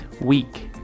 week